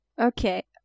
Okay